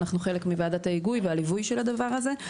אנחנו חלק מוועדת ההיגוי ומהליווי של הדבר הזה.